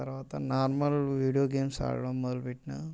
తర్వాత normal video games ఆడటం మొదలుపెట్టినా